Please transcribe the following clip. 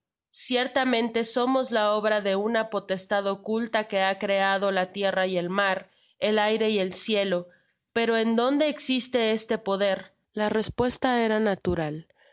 ciertamente somos la obra de una potestad oculta que ha creado la tierra y el mar el aire y el cielo pero en donde existe este poder la respuesta era natural